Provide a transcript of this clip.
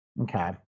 Okay